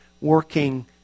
working